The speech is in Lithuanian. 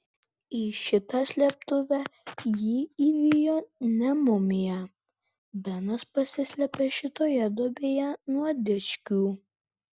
į šitą slėptuvę jį įvijo ne mumija benas pasislėpė šitoje duobėje nuo dičkių